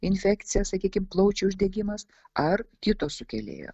infekcija sakykim plaučių uždegimas ar kito sukėlėjo